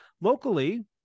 locally